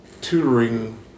tutoring